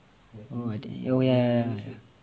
oh ya ya ya